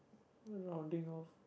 rounding off